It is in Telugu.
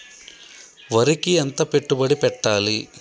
వరికి ఎంత పెట్టుబడి పెట్టాలి?